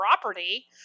property